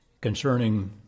concerning